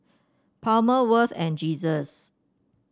Palmer Worth and Jesus